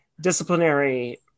disciplinary